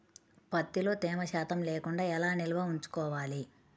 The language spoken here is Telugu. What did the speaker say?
ప్రత్తిలో తేమ శాతం లేకుండా ఎలా నిల్వ ఉంచుకోవాలి?